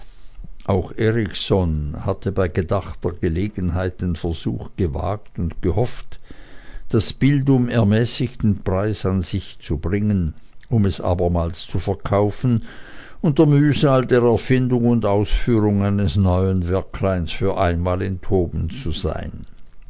auch erikson hatte bei gedachter gelegenheit den versuch gewagt und gehofft das bild um ermäßigten preis an sich zu bringen um es abermals zu verkaufen und der mühsal der erfindung und ausführung eines neuen werkleins für einmal enthoben zu sein